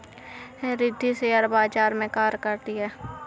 Riddhi share बाजार में कार्य करती है